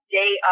day